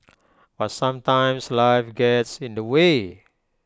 but sometimes life gets in the way